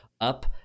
up